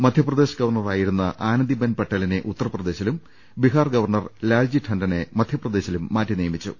മധ്യപ്രദേശ് ഗവർണറായിരുന്ന ആനന്ദി ബെൻ പട്ടേലിനെ ഉത്തർപ്രദേശിലും ബീഹാർ ഗവർണർ ലാൽജി ഠണ്ടനെ മധ്യ പ്രദേശിലും മാറ്റി നിയമിച്ചു